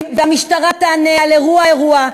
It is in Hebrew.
והמשטרה תענה על אירוע-אירוע,